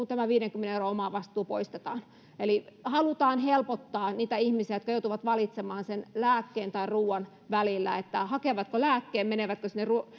tämä viidenkymmenen euron omavastuu poistetaan eli haluamme helpottaa niitä ihmisiä jotka joutuvat valitsemaan lääkkeen tai ruuan välillä että hakevatko lääkkeen vai menevätkö